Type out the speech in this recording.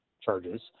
charges